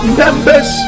members